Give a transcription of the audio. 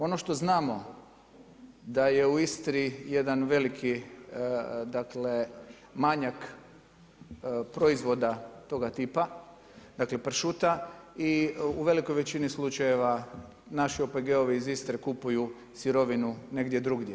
Ono što znamo da je u Istri jedan veliki, dakle manjak proizvoda toga tipa, dakle pršuta i u velikoj većini slučajeva naši OPG-ovi iz Istre kupuju sirovinu negdje drugdje.